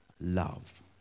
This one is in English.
love